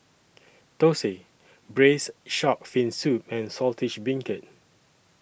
Thosai Braised Shark Fin Soup and Saltish Beancurd